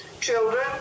children